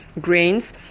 grains